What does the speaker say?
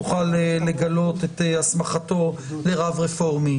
תוכל לגלות את הסמכתו לרב רפורמי,